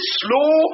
slow